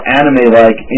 anime-like